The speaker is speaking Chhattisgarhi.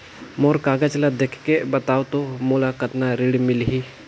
मोर कागज ला देखके बताव तो मोला कतना ऋण मिलही?